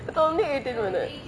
it's only eighteen minutes